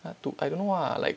I to I don't know ah like